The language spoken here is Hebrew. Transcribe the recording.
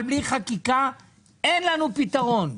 אבל בלי חקיקה אין לנו פתרון.